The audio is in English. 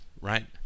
right